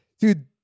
dude